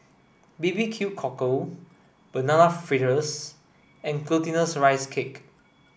B B Q cockle banana fritters and glutinous rice cake